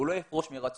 הוא לא יפרוש מרצון.